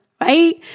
Right